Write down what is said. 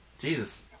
jesus